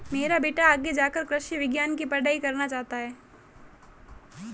मेरा बेटा आगे जाकर कृषि विज्ञान की पढ़ाई करना चाहता हैं